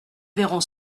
verront